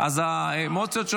כי החוק לא מדבר על מעצרים מינהליים,